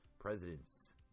president's